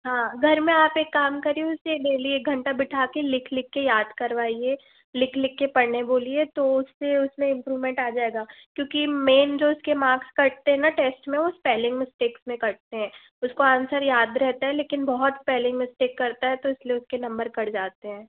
हाँ घर में आप एक काम करिए उसे डेली एक घंटा बैठा के लिख लिख के याद करवाइए लिख लिख के पढ़ने बोलिए तो उससे उसमें इम्प्रूवमेंट आ जायेगा क्योंकि मेन जो उसके मार्क्स कटते हैं ना टेस्ट में वो स्पेलिंग मिस्टेक्स में कटते हैं उसको आन्सर याद रहता है लेकिन बहुत स्पेलिंग मिस्टेक्स करता है तो इसलिए उसके नंबर कट जाते हैं